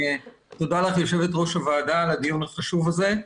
תודה לך יושבת ראש הוועדה על הדיון החשוב הזה.